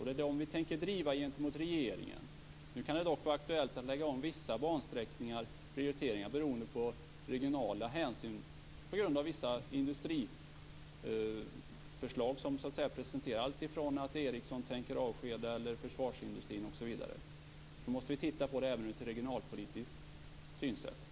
Det är dem vi tänker driva gentemot regeringen. Nu kan det dock vara aktuellt att göra andra prioriteringar för vissa bansträckningar beroende på regionala hänsyn, på grund av vissa industriförslag som presenteras, alltifrån att Ericsson eller försvarsindustrin tänker avskeda osv. Då måste vi titta på detta även ur ett regionalpolitiskt perspektiv.